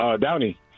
Downey